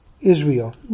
Israel